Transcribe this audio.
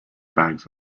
bags